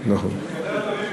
למה,